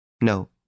No